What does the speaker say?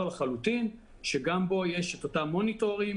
לחלוטין שגם בו יש אותם מוניטורים,